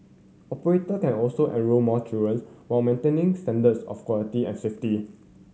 operator can also enrol more children while maintaining standards of quality and safety